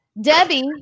Debbie